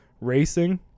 Racing